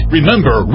Remember